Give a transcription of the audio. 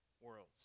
worlds